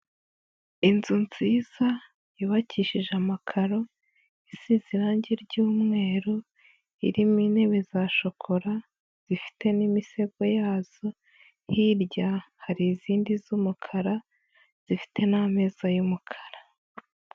Inzu nziza yubakishije amakaro, isize irangi ry'umweru irimo intebe za shokora zifite n'imisego yazo, hirya hari izindi z'umukara zifite n'ameza y'umukara.